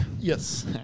Yes